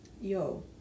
yo